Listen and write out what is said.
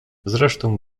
zresztą